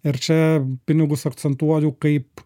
ir čia pinigus akcentuoju kaip